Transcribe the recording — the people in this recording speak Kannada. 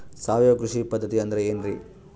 ಸಾವಯವ ಕೃಷಿ ಪದ್ಧತಿ ಅಂದ್ರೆ ಏನ್ರಿ?